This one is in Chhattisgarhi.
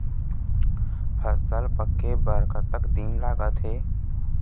फसल पक्के बर कतना दिन लागत हे?